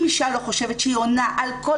אם אישה לא חושבת שהיא עונה על כל